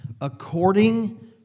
according